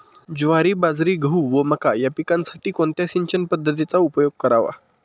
ज्वारी, बाजरी, गहू व मका या पिकांसाठी कोणत्या सिंचन पद्धतीचा उपयोग करावा?